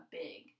big